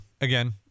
again